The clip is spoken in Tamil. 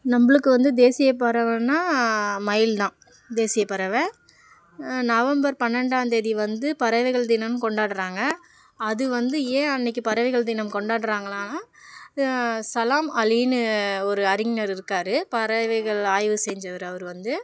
நம்மளுக்கு வந்து தேசியப் பறவைன்னா மயில் தான் தேசியப் பறவை நவம்பர் பன்னெண்டாம்தேதி வந்து பறவைகள் தினம் கொண்டாடுகிறாங்க அது வந்து ஏன் அன்றைக்கு பறவைகள் தினம் கொண்டாடுகிறாங்களான்னா சலாம் அலின்னு ஒரு அறிஞர் இருக்கார் பறவைகள் ஆய்வு செஞ்சவர் அவர் வந்து